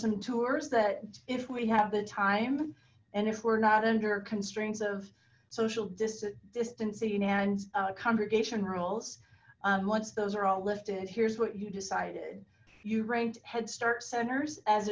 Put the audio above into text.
some tours that if we have the time and if we're not under constraints of social distancing and congregation rules once those are all lifted here's what decided you ranked head start centers as